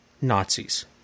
Nazis